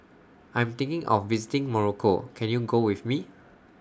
I'm thinking of visiting Morocco Can YOU Go with Me